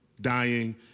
dying